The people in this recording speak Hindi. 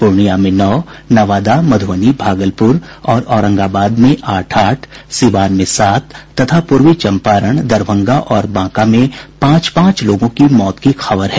पूर्णिया में नौ नवादा मध्रबनी भागलपुर और औरंगाबाद में आठ आठ सीवान में सात तथा पूर्वी चंपारण दरभंगा और बांका में पांच पांच लोगों की मौत की खबर है